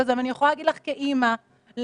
אז אני כבר לא יודעת איפה אנחנו נמצאים.